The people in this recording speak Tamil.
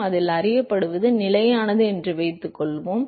எனவே அதில் அறியப்படுவது நிலையானது என்று வைத்துக்கொள்வோம்